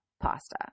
pasta